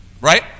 right